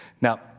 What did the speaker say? Now